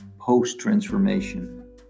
post-transformation